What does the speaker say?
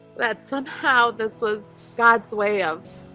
but somehow. this, was god's way of